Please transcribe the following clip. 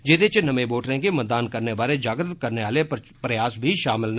जिंदे इच नमें वोटरें गी मतदान करने बारै जागृत करने आले प्रयास बी षामिल न